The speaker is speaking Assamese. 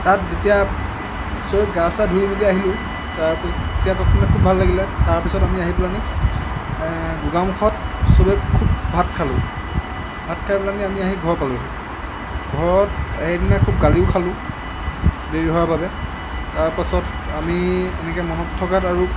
তাত যেতিয়া চবেই গা চা ধুই মেলি আহিলোঁ তেতিয়া তাত মানে খুব ভাল লাগিলে তাৰপিছত আমি আহি পেলাই গোগামুখত চবেই খুব ভাত খালোঁ ভাত খাই পেলাই আমি আহি ঘৰ পালোঁহি ঘৰত সেইদিনা খুব গালিও খালোঁ দেৰি হোৱাৰ বাবে তাৰপাছত আমি এনেকে মনত থকাত আৰু